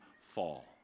fall